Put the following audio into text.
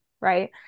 right